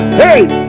hey